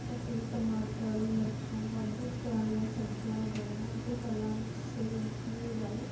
ਅਤੇ ਟਮਾਟਰ ਮਿਰਚਾਂ ਵਾਧੂ ਤਰ੍ਹਾਂ ਦੀਆਂ ਸਬਜ਼ੀਆਂ ਉਗਾਈਆਂ ਅਤੇ ਫਲਾਂ ਵਿੱਚ ਸੇਬ ਵੀ ਉਗਾਏ